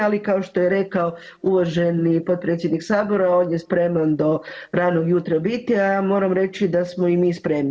Ali kao što je rekao uvaženi potpredsjednik Sabora on je spreman do ranog jutra biti, a moram reći da smo i mi spremni.